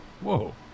Whoa